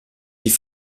die